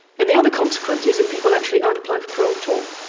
and the other consequence is that people actually aren't applying for parole at all.